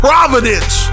Providence